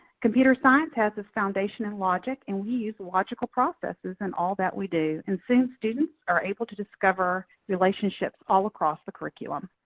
computer science has a foundation in logic and we use logical processes in all that we do, and soon, students are able to discover relationships all across the curriculum.